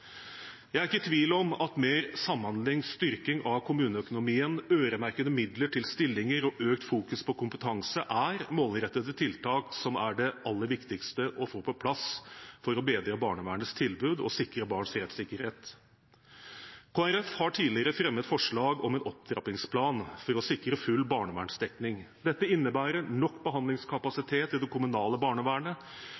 Jeg er ikke i tvil om at mer samhandling, styrking av kommuneøkonomien, øremerkede midler til stillinger og økt fokus på kompetanse er målrettede tiltak som er det aller viktigste å få på plass for å bedre barnevernets tilbud og sikre barns rettssikkerhet. Kristelig Folkeparti har tidligere fremmet forslag om en opptrappingsplan for å sikre full barnevernsdekning. Dette innebærer nok behandlingskapasitet i det kommunale barnevernet,